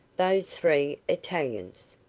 those three italians!